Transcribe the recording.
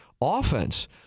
offense